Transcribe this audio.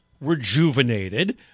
rejuvenated